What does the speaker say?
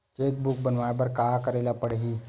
Cheque book बनवाय बर का करे ल पड़हि?